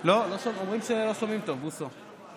אומרים שלא שומעים טוב, בוסו.